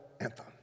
anthem